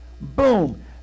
Boom